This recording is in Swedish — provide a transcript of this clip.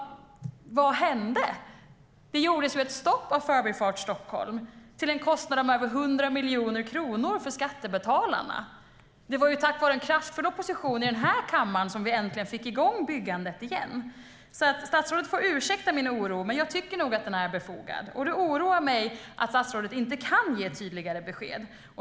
Vad hände? Det blev ett stopp för Förbifart Stockholm till en kostnad av över 100 miljoner kronor för skattebetalarna. Det var tack vare en kraftfull opposition i den här kammaren som vi äntligen fick igång byggandet igen. Statsrådet får ursäkta min oro, men jag tycker nog att den är befogad. Det oroar mig att statsrådet inte kan ge tydligare besked.